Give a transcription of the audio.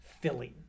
filling